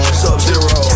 sub-zero